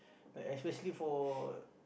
like especially for